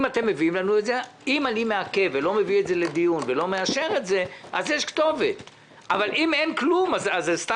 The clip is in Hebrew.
אם אני מעכב ולא מביא את זה לדיון ולא מאשר את זה אז יש כתובת,